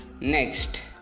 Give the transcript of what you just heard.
next